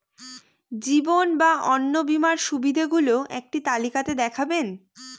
জীবন বা অন্ন বীমার সুবিধে গুলো একটি তালিকা তে দেখাবেন?